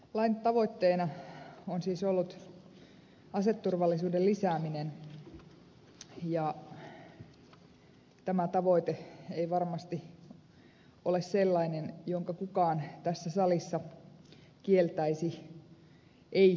lain tavoitteena on siis ollut aseturvallisuuden lisääminen ja tämä tavoite ei varmasti ole sellainen jonka kukaan tässä salissa kieltäisi ei tärkeänä